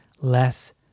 less